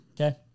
okay